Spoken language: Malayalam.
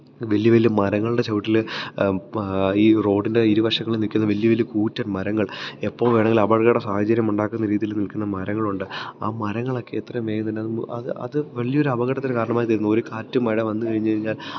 വലിയ വലിയ മരങ്ങളുടെ ചുവട്ടിൽ പാ ഈ റോഡിന്റെ ഇരു വശങ്ങളിലും നില്ക്കുന്ന വലിയ വലിയ കൂറ്റന് മരങ്ങള് എപ്പോള് വേണമെങ്കിലും അപകട സാഹചര്യമുണ്ടാക്കുന്ന രീതിയിൽ നിൽക്കുന്ന മരങ്ങളുണ്ട് ആ മരങ്ങളൊക്കെ എത്ര വേഗം തന്നെ അത് അത് വലിയൊരു അപകടത്തിന് കാരണമായി തീരുന്നു ഒര് കാറ്റും മഴ വന്ന് കഴിഞ്ഞ് കഴിഞ്ഞാല്